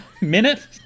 minute